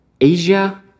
Asia